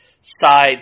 side